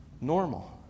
normal